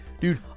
Dude